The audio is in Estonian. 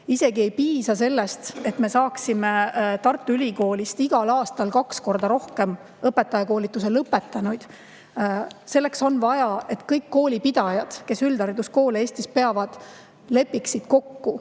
Isegi ei piisaks sellest, kui me saaksime Tartu Ülikoolist igal aastal kaks korda rohkem õpetajakoolituse lõpetanuid. Selleks on vaja, et kõik koolipidajad, kes üldhariduskoole Eestis peavad, lepiksid kokku